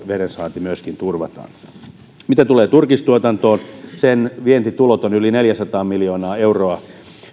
vedensaanti mitä tulee turkistuotantoon sen vientitulot ovat yli neljäsataa miljoonaa euroa